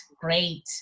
great